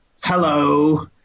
hello